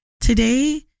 today